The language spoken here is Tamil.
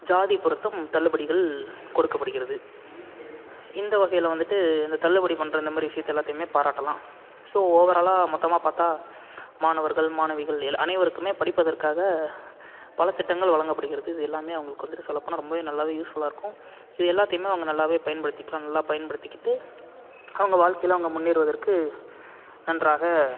ஜாதி பொறுத்தும் தள்ளுபடிகள் கொடுக்கப்படுகிறது இந்த வகையில் வந்துட்டு இந்த தள்ளுபடி பண்ணுற இந்த மாதிரி விஷயத்த எல்லாத்தையுமே பாராட்டலாம் ஸோ ஓவராலாக மொத்தமாக பார்த்தா மாணவர்கள் மாணவிகள் எல்லா அனைவருக்குமே படிப்பதற்காக பல திட்டங்கள் வழங்கப்படுகிறது இது எல்லாமே அவங்களுக்கு வந்துட்டு சொல்ல போனால் ரொம்பவே நல்லாவே யூஸ்ஃபுல்லாக இருக்கும் இது எல்லாத்தையுமே அவங்க நல்லாவே பயன்படுத்திக்கலாம் நல்லா பயன்படுத்திக்கிட்டு அவங்க வாழ்க்கையில் அவங்க முன்னேறுவதற்கு நன்றாக